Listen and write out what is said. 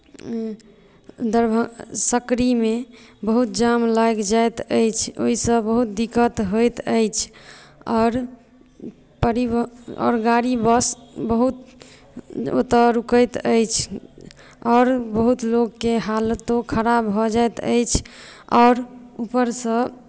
दरभ सकड़ीमे बहुत जाम लागि जाइत अछि ओहिसँ बहुत दिक्कत होइत अछि आओर गाड़ी ब आओर गाड़ी बस बहुत ओतय रुकैत अछि आओर बहुत लोकके हालतो खराब भऽ जाइत अछि आओर ऊपरसँ